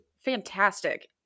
fantastic